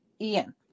Ian